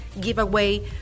giveaway